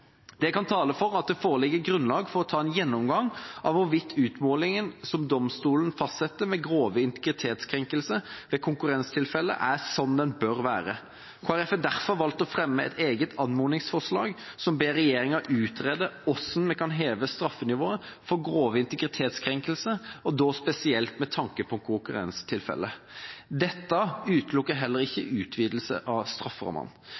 Det kan tale for at det foreligger grunnlag for å ta en gjennomgang av hvorvidt utmålingen som domstolen fastsetter ved grove integritetskrenkelser, ved konkurrenstilfeller er slik den bør være. Kristelig Folkeparti har derfor valgt å fremme et eget anmodningsforslag som ber regjeringa utrede hvordan en kan heve straffenivået for grove integritetskrenkelser, og da spesielt med tanke på konkurrenstilfeller. Dette utelukker heller ikke utvidelser av strafferammene.